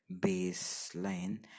baseline